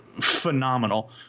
phenomenal